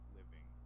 living